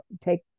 take